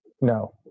no